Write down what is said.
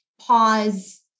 pause